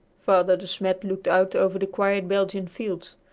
father de smet looked out over the quiet belgian fields.